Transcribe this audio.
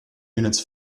units